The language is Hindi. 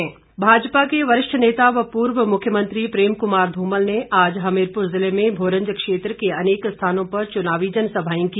धुमल भाजपा के वरिष्ठ नेता व पूर्व मुख्यमंत्री प्रेम कुमार ध्मल ने आज हमीरपुर जिले में भोरंज क्षेत्र के अनेक स्थानों पर चुनावी जनसभाएं की